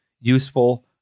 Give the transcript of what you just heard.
useful